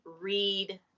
read